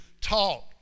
talk